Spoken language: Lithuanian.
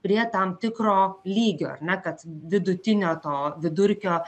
prie tam tikro lygio ar ne kad vidutinio to vidurkio